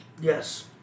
Yes